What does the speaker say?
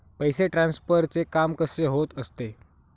पैसे ट्रान्सफरचे काम कसे होत असते?